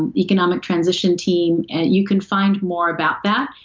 economic transition team and you can find more about that.